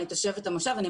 אני תושבת המושב.